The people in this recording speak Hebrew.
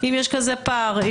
אם יש כזה פער,